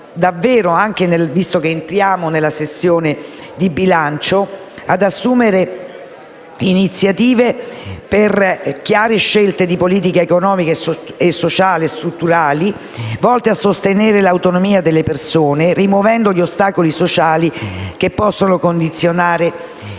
visto che entriamo nella sessione di bilancio, di assumere iniziative per chiare scelte di politica economica, sociali e strutturali, volte a sostenere l'autonomia delle persone, rimuovendo gli ostacoli sociali che possano condizionare il desiderio